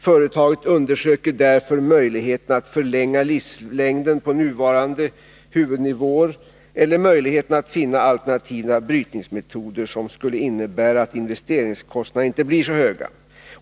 Företaget undersöker därför möjligheten att förlänga livslängden för nuvarande huvudnivåer eller möjligheten att finna alternativa brytningsmetoder, som skulle innebära att investeringskostnaderna inte blir så höga.